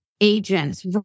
agents